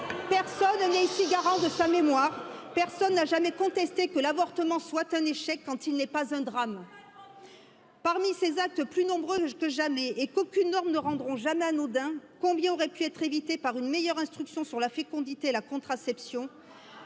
personne n'est ici garant de sa mémoire personne que l'avortement soit un échec quand il n'est pas un drame. parmi ces actes plus nombreux que jamais et qu'aucune norme ne rendront jamais anodin combien auraient pu être évités par une meilleure instruction sur la fécondité et la contraception,